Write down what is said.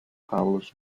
paulus